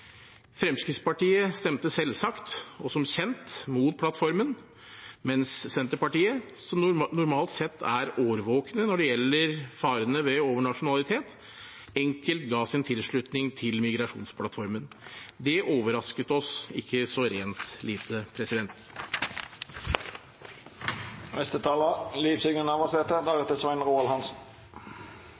Fremskrittspartiet stemte selvsagt, som kjent, mot plattformen, mens Senterpartiet, som normalt sett er årvåkne når det gjelder farene ved overnasjonalitet, enkelt ga sin tilslutning til migrasjonsplattformen. Det overrasket oss ikke så rent lite.